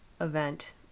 event